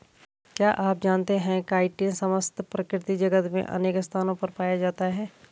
क्या आप जानते है काइटिन समस्त प्रकृति जगत में अनेक स्थानों पर पाया जाता है?